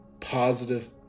positive